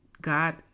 God